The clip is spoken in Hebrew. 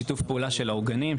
שיתוף שפעולה של העוגנים,